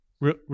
Real